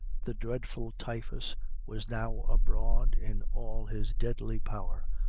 the dreadful typhus was now abroad in all his deadly power,